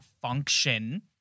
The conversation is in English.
function